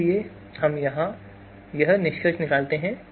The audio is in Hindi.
इसलिए हम यहां निष्कर्ष निकालते हैं